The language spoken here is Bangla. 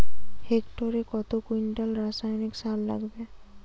হেক্টরে কত কুইন্টাল রাসায়নিক সার লাগবে?